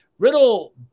Riddle